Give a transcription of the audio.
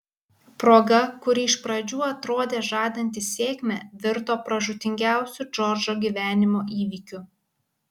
proga kuri iš pradžių atrodė žadanti sėkmę virto pražūtingiausiu džordžo gyvenimo įvykiu